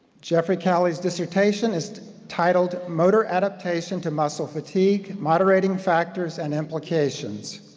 jeffery calley's dissertation is titled motor adaptation to muscle fatigue, moderating factors and implications.